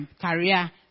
career